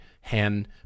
hand